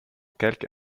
quelque